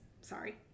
sorry